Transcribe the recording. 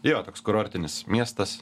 jo toks kurortinis miestas